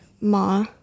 Ma